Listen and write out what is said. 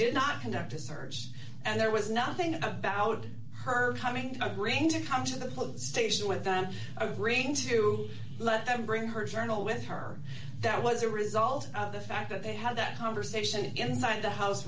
did not connect to search and there was nothing about her coming agreeing to come to the police station with them a green to let them bring her journal with her that was a result of the fact that they had that conversation inside the house